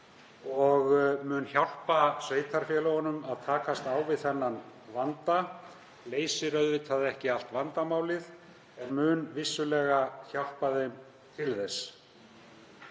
og mun hjálpa sveitarfélögunum að takast á við þennan vanda, leysir auðvitað ekki allt vandamálið en mun vissulega hjálpa þeim til þess.